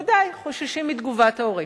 ודאי, חוששים מתגובת ההורים.